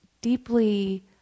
deeply